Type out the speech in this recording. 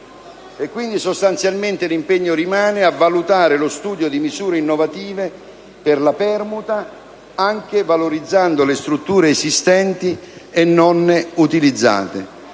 Quindi, sostanzialmente, rimane l'impegno a valutare lo studio di misure innovative per la permuta anche valorizzando le strutture esistenti e non utilizzate.